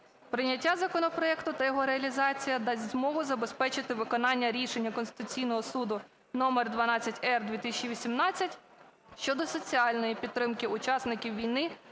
Прийняття законопроекту та його реалізація дасть змогу забезпечити виконання рішення Конституційного Суду номер 12-р/ 2018 щодо соціальної підтримки учасників війни,